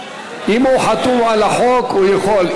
אם הוא חתום על החוק, הוא יכול.